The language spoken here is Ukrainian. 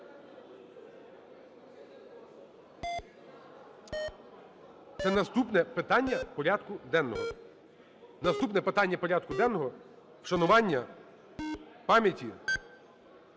Це наступне питання порядку денного. Наступне питання порядку денного – вшанування пам'яті.